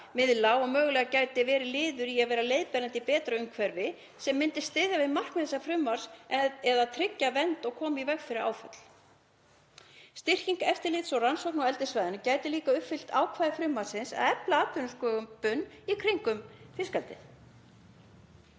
mögulega verið liður í að vera leiðbeinandi um betra umhverfi sem myndi styðja við markmið þessa frumvarps um að tryggja vernd og koma í veg fyrir áföll. Styrking eftirlits og rannsókna á eldissvæðum gæti líka uppfyllt ákvæði frumvarpsins um að efla atvinnusköpun í kringum fiskeldið.